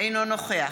אינו נוכח